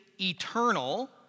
eternal